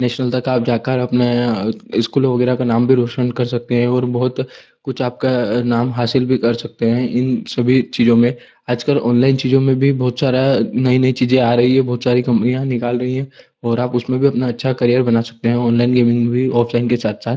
national तक आप जाकर अपना इस्कूल वगैरह का नाम भी रोशन कर सकते हैं और बहुत कुछ आपका नाम हासिल भी कर सकते हैं इन सभी चीज़ों में आज कल ऑनलाइन चीज़ों में भी बहुत सारा नहीं नहीं चीज़ें आ रही है बहुत सारी कंपनियाँ निकाल रही हैं और आप उसमें भी अपना अच्छा कैरियर बना सकते हैं ऑनलाइन गेमिंग में भी ऑफ़लाइन के साथ साथ